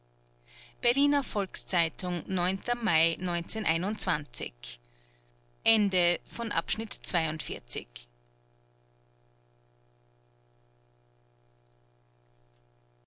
berliner volks-zeitung mai